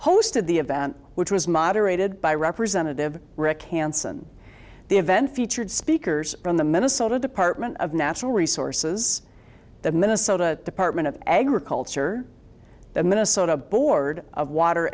hosted the event which was moderated by representative rick hansen the event featured speakers from the minnesota department of natural resources the minnesota department of agriculture the minnesota board of water